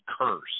curse